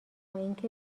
اینکه